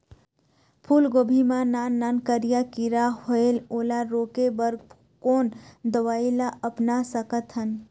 फूलगोभी मा नान नान करिया किरा होयेल ओला रोके बर कोन दवई ला अपना सकथन?